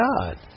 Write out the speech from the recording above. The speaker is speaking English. God